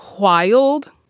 wild